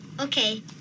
Okay